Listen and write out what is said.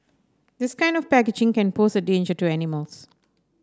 this kind of packaging can pose a danger to animals